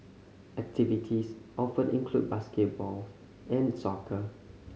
activities offered include basketball and soccer